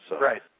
Right